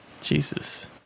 Jesus